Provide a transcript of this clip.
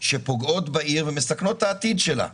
שפוגעות בעיר ומסכנות את העתיד שלה.